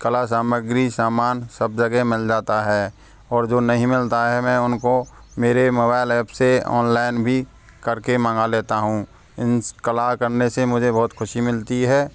कला सामग्री सामान सब जगह मिल जाता है और जो नहीं मिलता है मैं उनको मेरे मोबाइल ऐप से ऑनलाइन भी कर के मंगा लेता हूँ इन कला करने से मुझे बहुत ख़ुशी मिलती है